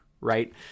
right